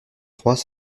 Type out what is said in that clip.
trois